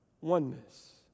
oneness